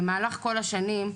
במהלך כל השנים,